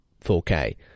4k